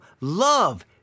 love